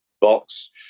box